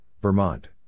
Vermont